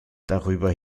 darüber